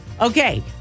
Okay